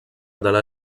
dalla